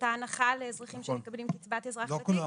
אותה הנחה לאזרחים שמקבלים קצבת אזרח ותיק,